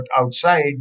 outside